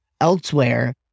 elsewhere